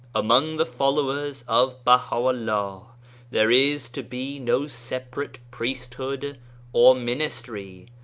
among the followers of baha'u'llah there is to be no separate priesthood or ministry,